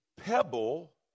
pebble